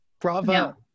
Bravo